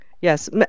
Yes